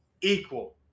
equal